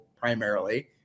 primarily